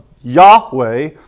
Yahweh